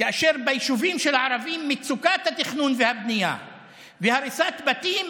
כאשר ביישובים של הערבים מצוקת התכנון והבנייה והריסת בתים